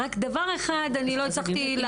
רק דבר אחד אני לא הצלחתי להבין,